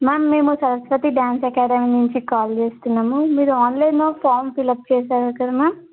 ma'am మేము Saraswati dance academy నుంచి call చేస్తున్నాము మీరు ఆన్లైన్లో ఫామ్ ఫిలప్ చేసారు కదా మ్యామ్